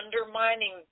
undermining